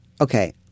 okay